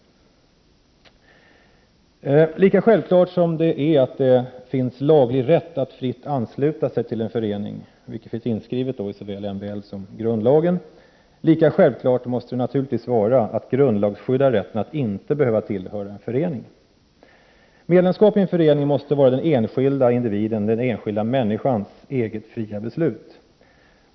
Lika självklart som det är att det finns laglig rätt att fritt ansluta sig till en förening — den rätten finns ju inskriven i såväl MBL som grundlagen — måste det vara att grundlagsskydda rätten att inte behöva tillhöra en förening. Medlemskap i en förening måste vara den enskilda människans eget fria beslut.